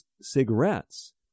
cigarettes